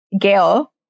Gail